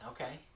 Okay